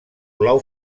blau